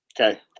Okay